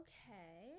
Okay